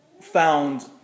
found